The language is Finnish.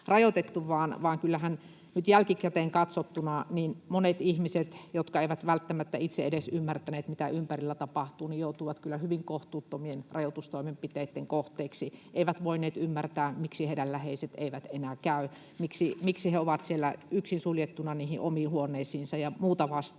nyt jälkikäteen katsottuna monet ihmiset, jotka eivät välttämättä itse edes ymmärtäneet, mitä ympärillä tapahtuu, joutuivat hyvin kohtuuttomien rajoitustoimenpiteitten kohteiksi — eivät voineet ymmärtää, miksi heidän läheisensä eivät enää käy, miksi he ovat siellä yksin suljettuina niihin omiin huoneisiinsa, ja muuta vastaavaa.